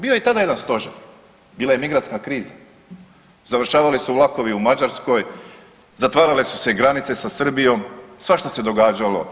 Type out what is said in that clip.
Bio je i tada jedan stožer, bila je migrantska kriza, završavali su vlakovi u Mađarskoj, zatvarale su se i granice sa Srbijom, svašta se događalo.